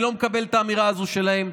אני לא מקבל את האמירה הזו שלהם.